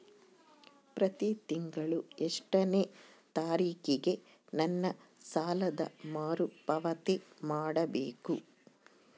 ಪ್ರತಿ ತಿಂಗಳು ಎಷ್ಟನೇ ತಾರೇಕಿಗೆ ನನ್ನ ಸಾಲದ ಮರುಪಾವತಿ ಮಾಡಬೇಕು?